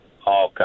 Okay